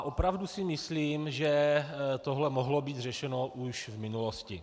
Opravdu si myslím, že tohle mohlo být řešeno už v minulosti.